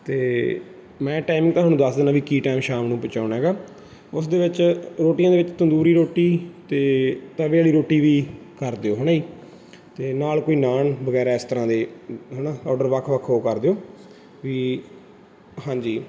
ਅਤੇ ਮੈਂ ਟਾਈਮਿੰਗ ਤੁਹਾਨੂੰ ਦੱਸ ਦਿੰਦਾ ਵੀ ਕੀ ਟਾਈਮ ਸ਼ਾਮ ਨੂੰ ਪਹੁੰਚਾਉਣਾ ਗਾ ਉਸ ਦੇ ਵਿੱਚ ਰੋਟੀਆਂ ਦੇ ਵਿੱਚ ਤੰਦੂਰੀ ਰੋਟੀ ਅਤੇ ਤਵੇ ਵਾਲੀ ਰੋਟੀ ਵੀ ਕਰ ਦਿਓ ਹੈ ਨਾ ਜੀ ਅਤੇ ਨਾਲ ਕੋਈ ਨਾਨ ਵਗੈਰਾ ਇਸ ਤਰ੍ਹਾਂ ਦੇ ਹੈ ਨਾ ਔਡਰ ਵੱਖ ਵੱਖ ਉਹ ਕਰ ਦਿਓ ਵੀ ਹਾਂਜੀ